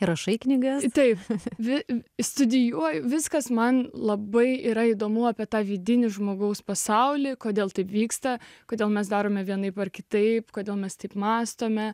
rašai knygą taip vis išstudijuoju viskas man labai yra įdomu apie tą vidinį žmogaus pasaulį kodėl taip vyksta kodėl mes darome vienaip ar kitaip kodėl mes taip mąstome